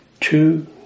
two